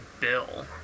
bill